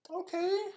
okay